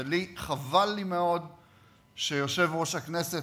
וחבל לי מאוד שיושב-ראש הכנסת,